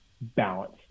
balance